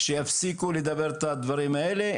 שיפסיקו לדבר את הדברים האלה.